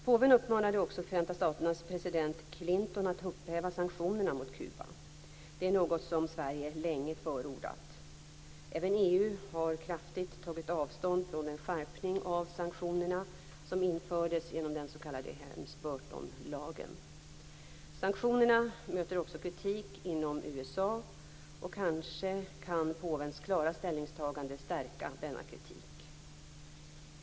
Påven uppmanade också Förenta staternas president Clinton att upphäva sanktionerna mot Kuba. Det är något som Sverige länge har förordat. Även EU har kraftigt tagit avstånd från en skärpning av sanktionerna som infördes genom den s.k. Helms-Burton-lagen. Sanktionerna möter också kritik inom USA, och kanske kan påvens klara ställningstagande stärka denna kritik.